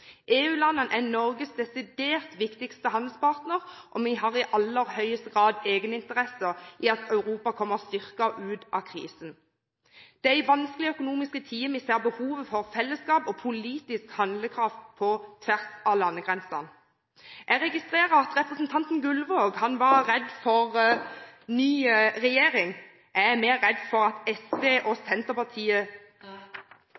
er Norges desidert viktigste handelspartnere, og vi har i aller høyeste grad egeninteresse i at Europa kommer styrket ut av krisen. Det er i vanskelige økonomiske tider vi ser behovet for fellesskap og politisk handlekraft på tvers av landegrensene. Jeg registrerer at representanten Gullvåg var redd for ny regjering. Jeg er mer redd for at SV og